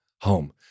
home